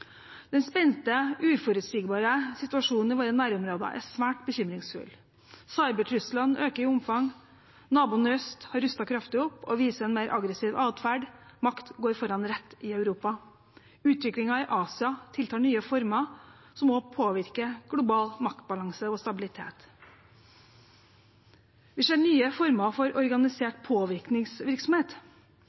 Den spente, uforutsigbare situasjonen i våre nærområder er svært bekymringsfull. Cybertruslene øker i omfang, naboen i øst har rustet kraftig opp og viser en mer aggressiv atferd, og makt går foran rett i Europa. Utviklingen i Asia tiltar nye former som også påvirker global maktbalanse og stabilitet. Vi ser nye former for organisert påvirkningsvirksomhet.